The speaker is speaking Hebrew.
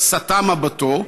סטה מבטו.